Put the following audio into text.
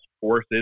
forces